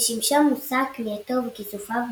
ושימשה מושא כמיהתו וכיסופיו בגלות.